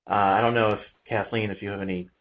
i don't know if, kathleen, if you have any